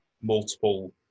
multiple